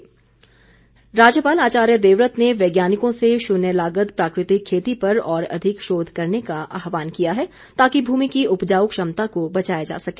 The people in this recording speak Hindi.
राज्यपाल राज्यपाल आचार्य देवव्रत ने वैज्ञानिकों से शून्य लागत प्राकृतिक खेती पर और अधिक शोध करने का आह्वान किया है ताकि भूमि की उपजाउ क्षमता को बचाया जा सके